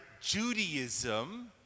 Judaism